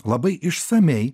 labai išsamiai